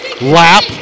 lap